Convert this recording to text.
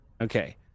Okay